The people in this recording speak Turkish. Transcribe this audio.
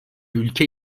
ülke